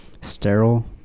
sterile